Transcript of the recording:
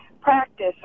practice